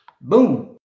Boom